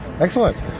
Excellent